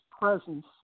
presence